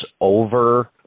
over